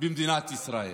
במדינת ישראל.